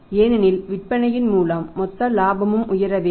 ஏனெனில் விற்பனையின் மூலம் மொத்த இலாபமும் உயர வேண்டும்